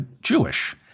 Jewish